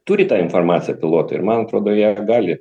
turi tą informaciją pilotai ir man atrodo jie gali